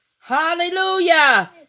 Hallelujah